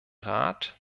rat